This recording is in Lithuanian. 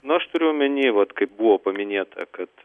nu aš turiu omeny vat kaip buvo paminėta kad